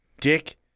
Dick